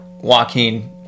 joaquin